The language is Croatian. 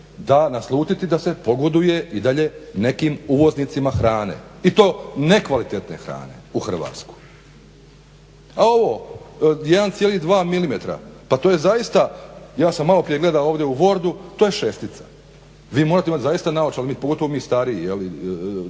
da naslutiti da se pogoduje i dalje nekim uvoznicima hrane. I to nekvalitetne Hrane u Hrvatsku. A ovo 1,2 milimetra pa to je zaista, ja sam malo prije gledao ovdje u Wordu to je 6-ica, vi morate imati zaista naočale, pogotovo mi stariji za čitanje